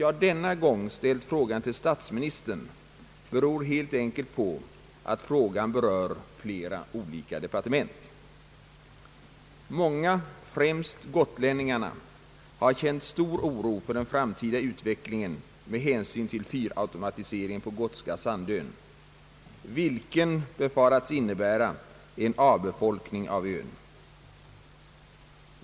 Jag har denna gång ställt frågan till statsministern därför att frågan berör flera olika departement. Många, främst gotlänningarna, har känt stor oro för den framtida utvecklingen med hänsyn till fyrautomatiseringen på Gotska Sandön, vilken befaras innebära en avfolkning av ön.